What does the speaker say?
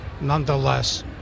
Nonetheless